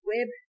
Web